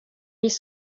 mille